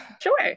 Sure